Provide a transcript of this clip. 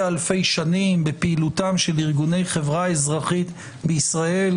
אלפי שנים בפעילותם של ארגוני חברה אזרחית בישראל,